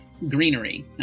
greenery